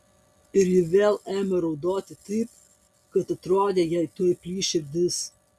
ir ji vėl ėmė raudoti taip kad atrodė jai tuoj plyš širdis